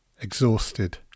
Exhausted